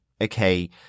okay